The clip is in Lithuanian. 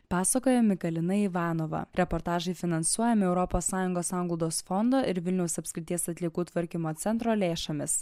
pasakoja mikalina ivanova reportažai finansuojami europos sąjungos sanglaudos fondo ir vilniaus apskrities atliekų tvarkymo centro lėšomis